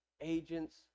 agents